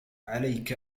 عليك